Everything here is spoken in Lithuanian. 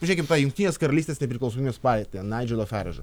pažiūrėkim tą jungtinės karalystės nepriklausomybės partiją naidželo faražo